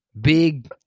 Big